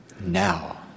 Now